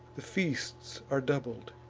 the feasts are doubled,